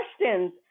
questions